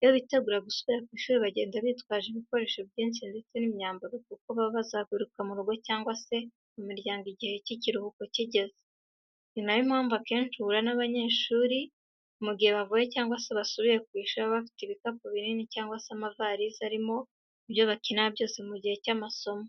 iyo bitegura gusubira ku ishuri bagenda bitwaje ibikoresho byinshi ndetse n'imyambaro kuko baba bazagaruka mu rugo cyangwa se mu miryango igihe cy'ibiruhuko kigeze. Ni na yo mpamvu akenshi uhura n'abanyeshuri mu gihe bavuye cyangwa se basubiye ku ishuri baba bafite ibikapu binini cyangwa se amavarize arimo ibyo bakenera byose mu gihe cy'amasomo.